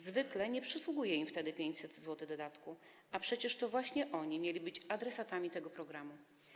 Zwykle nie przysługuje im wtedy 500 zł dodatku, a przecież to właśnie młodzi ludzie mieli być adresatami tego programu.